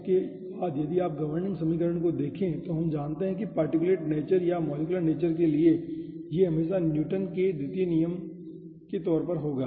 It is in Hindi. इसके बाद यदि आप गवर्निंग समीकरणों को देखें तो हम जानते हैं कि पार्टिकुलेट नेचर या मॉलिक्यूलर नेचर के लिए यह हमेशा न्यूटन के दूसरे नियम का तौर पर होगा